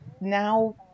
now